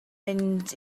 mynd